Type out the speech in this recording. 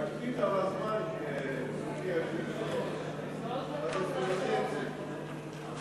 להקפיד על הזמן, גברתי היושבת-ראש, אנחנו